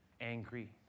angry